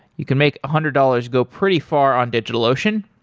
you can make a hundred dollars go pretty far on digitalocean.